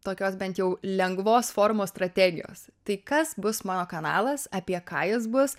tokios bent jau lengvos formos strategijos tai kas bus mano kanalas apie ką jis bus